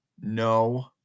no